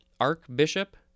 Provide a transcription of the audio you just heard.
archbishop